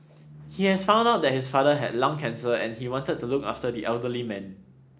he had found out that his father had lung cancer and he wanted to look after the elderly man